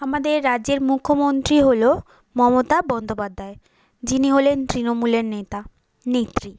আমাদের রাজ্যের মুখ্যমন্ত্রী হলো মমতা বন্দ্যোপাধ্যায় যিনি হলেন তৃণমূলের নেতা নেত্রী